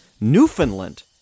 Newfoundland